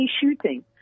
shooting